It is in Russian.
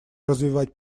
развивать